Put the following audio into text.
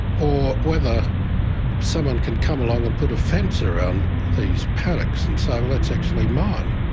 or whether someone can come along and put a fence around these paddocks and say, well, that's actually mine.